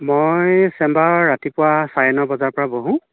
মই চেম্বাৰ ৰাতিপুৱা চাৰে ন বজাৰ পৰা বহোঁ